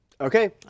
Okay